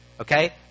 okay